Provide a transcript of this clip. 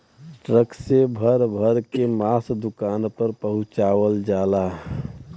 truck से भर भर के मांस दुकान पर पहुंचवाल जाला